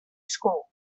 school